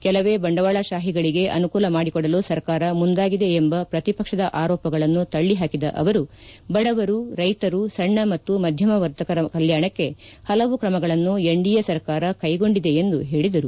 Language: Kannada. ಕೆಲವೇ ಬಂಡವಾಳಶಾಹಿಗಳಿಗೆ ಅನುಕೂಲ ಮಾಡಿಕೊಡಲು ಸರ್ಕಾರ ಮುಂದಾಗಿದೆ ಎಂಬ ಪ್ರತಿಪಕ್ಷದ ಆರೋಪಗಳನ್ನು ತಳ್ಳಿ ಹಾಕಿದ ಅವರು ಬಡವರು ರೈತರು ಸಣ್ಣ ಮತ್ತು ಮಧ್ಯಮ ವರ್ತಕರ ಕಲ್ಯಾಣಕ್ಕೆ ಹಲವು ಕ್ರಮಗಳನ್ನು ಎನ್ಡಿಎ ಸರ್ಕಾರ ಕೈಗೊಂಡಿದೆ ಎಂದು ಹೇಳಿದರು